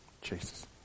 Jesus